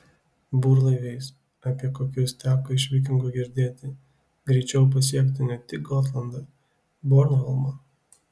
burlaiviais apie kokius teko iš vikingų girdėti greičiau pasiektų ne tik gotlandą bornholmą